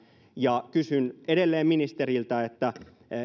ja kysyn edelleen ministeriltä